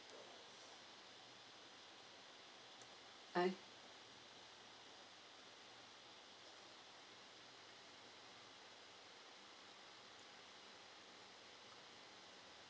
uh